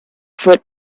foot